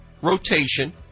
rotation